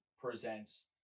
presents